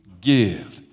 give